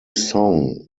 song